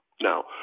Now